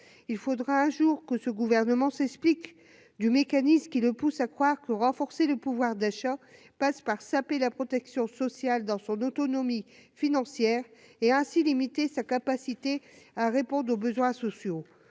il faudra un jour que ce gouvernement s'explique du mécanisme qui le pousse à croire que renforcer le pouvoir d'achat passe par saper la protection sociale dans son autonomie financière et ainsi limiter sa capacité à répondre aux besoins sociaux,